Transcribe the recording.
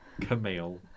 Camille